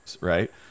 Right